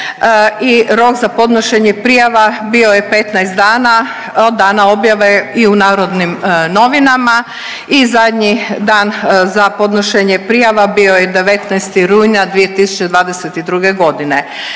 rok za podnošenje prijava bio je 15 dana od dana objave i u Narodnim Novinama i zadnji dan za podnošenje prijava bio je 19. rujna 2022.g..